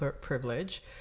privilege